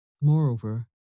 Moreover